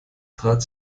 trat